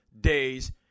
days